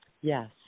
Yes